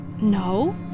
No